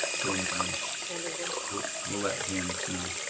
um um we'll we'll let janice know.